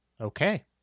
okay